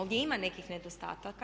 Ovdje ima nekih nedostataka.